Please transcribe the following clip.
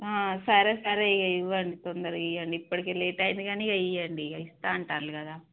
సరే సరే ఇక ఇవ్వండి తొందరగా ఇవ్వండి ఇప్పటికి లేట్ అయింది కానీ ఇవ్వండి ఇక ఇస్తా అంటారు కదా